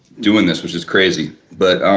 doing this which is crazy. but